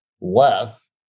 less